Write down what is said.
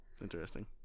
Interesting